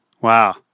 wow